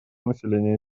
населения